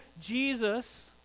Jesus